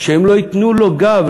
שהם לא ייתנו לו גב,